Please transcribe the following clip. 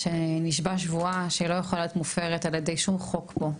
שנשבע שבועה שהיא לא יכולה להיות מופרת על ידי שום חוק פה,